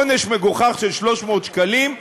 עונש מגוחך של 300 שקלים,